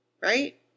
Right